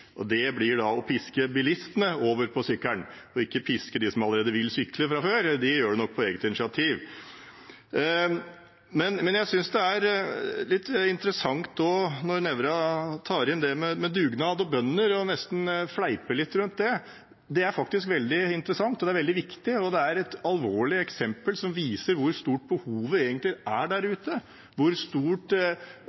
Det blir da å piske bilistene over på sykkelen, og ikke de som allerede vil sykle fra før, for de gjør det nok av eget initiativ. Jeg synes også det er litt interessant når Nævra trekker inn dette med dugnad og bønder og nesten fleiper litt rundt det. Det er faktisk veldig interessant og veldig viktig, og det er et alvorlig eksempel som viser hvor stort behovet egentlig er der